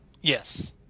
Yes